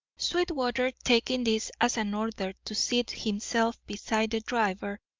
sweetwater, taking this as an order to seat himself beside the driver,